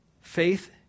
faith